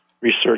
Research